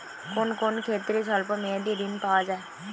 কোন কোন ক্ষেত্রে স্বল্প মেয়াদি ঋণ পাওয়া যায়?